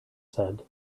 said